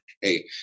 hey